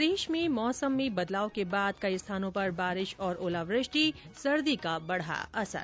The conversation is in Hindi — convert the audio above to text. प्रदेश में मौसम में बदलाव के बाद कई स्थानों पर बारिश और ओलावृष्टि सर्दी का बढ़ा असर